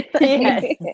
Yes